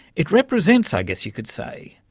it represents, i guess you could say,